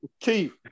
Keith